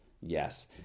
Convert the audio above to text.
Yes